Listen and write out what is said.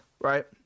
right